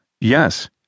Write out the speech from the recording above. Yes